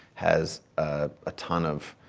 has a ah ton of